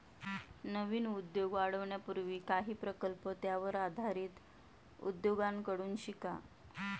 नवीन उद्योग वाढवण्यापूर्वी काही प्रकल्प त्यावर आधारित उद्योगांकडून शिका